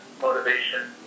motivation